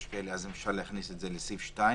אז אם אפשר להכניס את זה לסעיף (2),